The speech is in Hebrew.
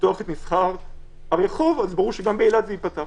את מסחר הרחוב, ברור שגם באילת זה ייפתח.